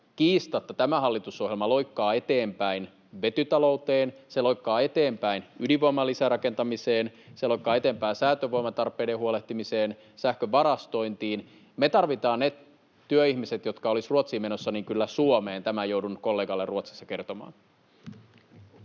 tämä hallitusohjelma loikkaa eteenpäin vetytalouteen, se loikkaa eteenpäin ydinvoiman lisärakentamiseen, se loikkaa eteenpäin säätövoiman tarpeiden huolehtimiseen, sähkön varastointiin. Me tarvitaan ne työihmiset, jotka olisivat Ruotsiin menossa, kyllä Suomeen. Tämän joudun kollegalle Ruotsissa kertomaan.